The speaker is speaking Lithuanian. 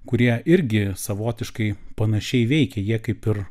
kurie irgi savotiškai panašiai veikia jie kaip ir